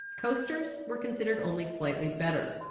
coasters were considered only slightly better.